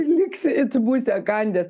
liksi it musę kandęs